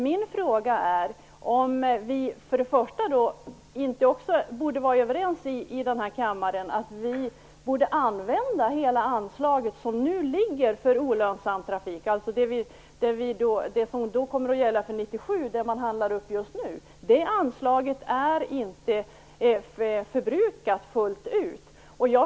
Min fråga är om vi här i kammaren inte borde vara överens om att använda hela anslaget som nu finns för olönsam trafik, alltså det som kommer att gälla för 1997 och som man handlar upp just nu. Det anslaget är inte förbrukat fullt ut.